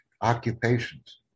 occupations